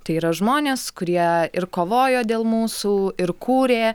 tai yra žmonės kurie ir kovojo dėl mūsų ir kūrė